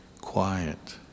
quiet